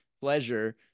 pleasure